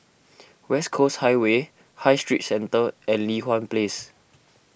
West Coast Highway High Street Centre and Li Hwan Place